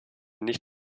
nicht